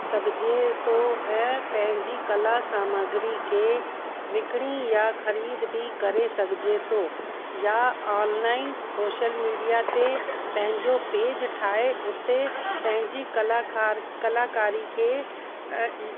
सघिजे थो ऐं पंहिंजी कला सामग्री के विकणी या ख़रीद बि करे सघिजे थो या ऑनलाइन सोशल मीडिया ते पंहिंजो पेज ठाहे उते पंहिंजी कलाकार कलाकारी खे इ